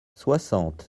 soixante